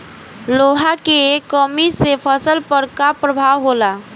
लोहा के कमी से फसल पर का प्रभाव होला?